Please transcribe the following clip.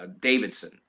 Davidson